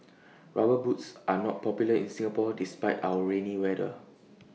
rubber boots are not popular in Singapore despite our rainy weather